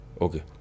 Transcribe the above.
Okay